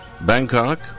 Bangkok